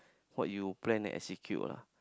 what you plan as you queue lah